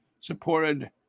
supported